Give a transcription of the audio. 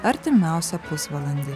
artimiausią pusvalandį